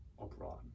abroad